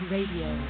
Radio